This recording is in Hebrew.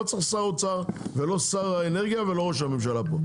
לא צריך שר אוצר ולא שר האנרגיה ולא ראש הממשלה פה.